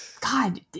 God